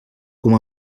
com